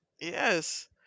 Yes